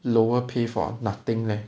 lower pay for nothing leh